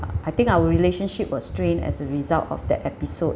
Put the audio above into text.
I think our relationship was strained as a result of that episode